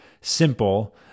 simple